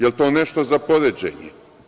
Jel to nešto za poređenje?